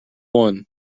one